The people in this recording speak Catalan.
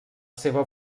seva